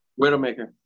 Widowmaker